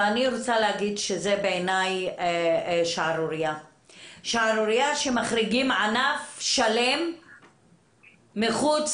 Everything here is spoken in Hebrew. זאת בעיני שערורייה שמחריגים ענף שלם מחוץ